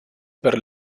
per